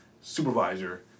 supervisor